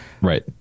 Right